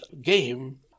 game